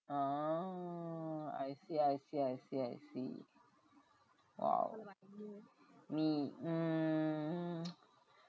oo I see I see I see I see !wow! me mm